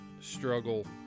struggle